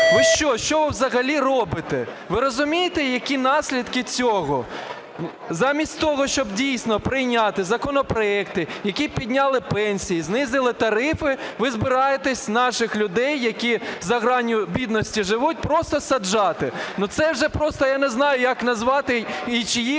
Ви що? Що ви взагалі робите? Ви розумієте, які наслідки цього? Замість того, щоб дійсно прийняти законопроекти, які б підняли пенсії, знизили тарифи, ви збираєтесь наших людей, які за гранню бідності живуть, просто саджати. Це вже просто я не знаю як назвати і чиї ви